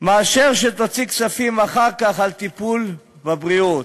מכך שהיא תוציא כספים אחר כך על טיפול בבריאות.